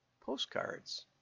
postcards